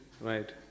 right